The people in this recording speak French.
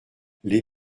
les